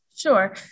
Sure